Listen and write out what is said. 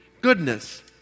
goodness